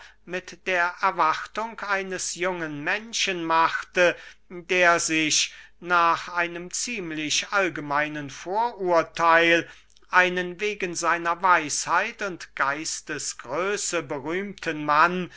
mit der erwartung eines jungen menschen machte der sich nach einem ziemlich allgemeinen vorurtheil einen wegen seiner weisheit und geistesgröße berühmten mann